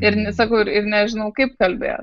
ir sakau ir nežinau kaip kalbėt